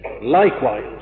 Likewise